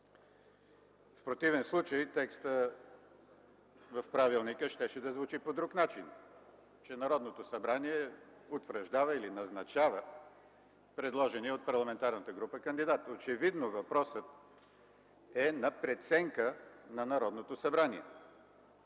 В противен случай текстът в правилника щеше да звучи по друг начин, че Народното събрание утвърждава или назначава предложения от парламентарната група кандидат. Очевидно въпросът е на преценка на Народното събрание.